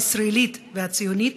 הישראלית והציונית,